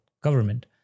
government